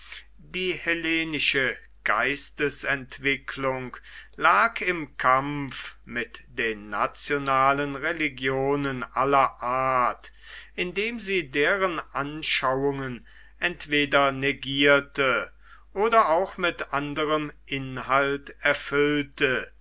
die hellenische geistesentwicklung lag im kampf mit den nationalen religionen aller art indem sie deren anschauungen entweder negierte oder auch mit anderem inhalt erfüllte